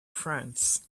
friends